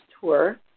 tour